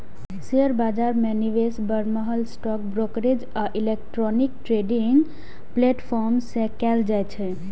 share बाजार मे निवेश बरमहल स्टॉक ब्रोकरेज आ इलेक्ट्रॉनिक ट्रेडिंग प्लेटफॉर्म सं कैल जाइ छै